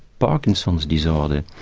parkinson's disorder,